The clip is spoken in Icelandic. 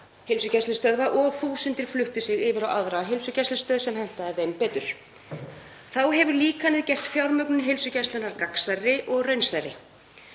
heilsugæslustöðva og þúsundir fluttu sig yfir á aðra heilsugæslustöð sem hentaði þeim betur. Þá hefur líkanið gert fjármögnun heilsugæslunnar gagnsærri og raunsærri.